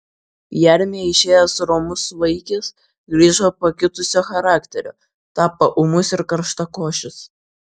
į armiją išėjęs romus vaikis grįžo pakitusio charakterio tapo ūmus ir karštakošis